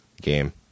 game